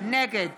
נגד